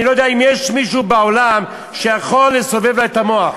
אני לא יודע אם יש מישהו בעולם שיכול לסובב לה את המוח.